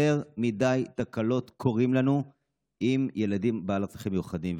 יותר מדי תקלות קורות לנו עם ילדים בעלי צרכים מיוחדים.